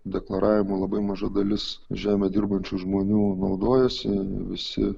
deklaravimu labai maža dalis žemę dirbančių žmonių naudojasi visi